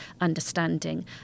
understanding